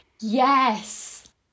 Yes